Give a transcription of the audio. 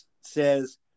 says